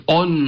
on